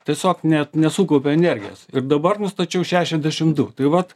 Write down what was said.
tiesiog net nesukaupia energijos ir dabar nustačiau šešiadešim du tai vat